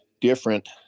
different